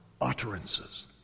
utterances